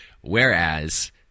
Whereas